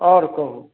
आओर कहु